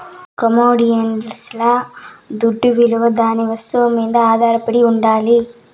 కమొడిటీస్ల దుడ్డవిలువ దాని వస్తువు మీద ఆధారపడి ఉండాలి